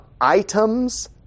items